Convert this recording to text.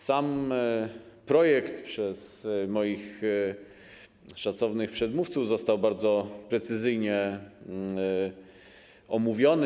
Sam projekt przez moich szacownych przedmówców został bardzo precyzyjnie omówiony.